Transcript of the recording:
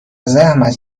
زحمت